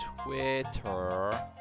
Twitter